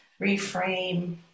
reframe